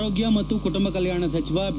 ಆರೋಗ್ಯ ಮತ್ತು ಕುಟುಂಬ ಕಲ್ಯಾಣ ಸಚಿವ ಬಿ